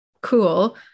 Cool